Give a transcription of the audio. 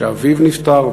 שאביו נפטר,